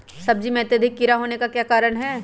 सब्जी में अत्यधिक कीड़ा होने का क्या कारण हैं?